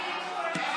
אתה לא,